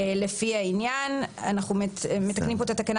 לפי העניין"." אנחנו מתקנים פה את התקנה